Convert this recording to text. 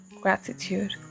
gratitude